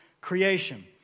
creation